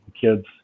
kids